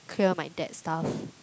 clear my dad's stuff